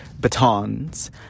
batons